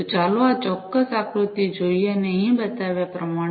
તો ચાલો આ ચોક્કસ આકૃતિ જોઈએ અને અહીં બતાવ્યા પ્રમાણે